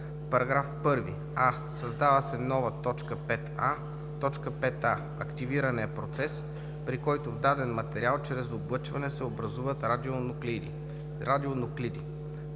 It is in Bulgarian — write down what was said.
В § 1: а) създава се нова т. 5а: „5а. „Активиране“ е процес, при който в даден материал чрез облъчване се образуват радионуклиди.“;